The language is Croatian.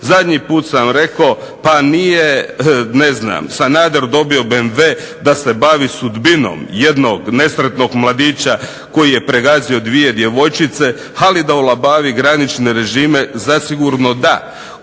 Zadnji put sam rekao pa nije, ne znam, Sanader dobio BMW da se bavi sudbinom jednog nesretnog mladića koji je pregazio 2 djevojčice, ali da olabavi granične režime zasigurno da.